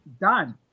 done